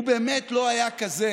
הוא באמת לא היה כזה